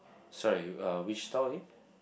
sorry uh which store again